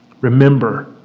Remember